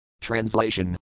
Translation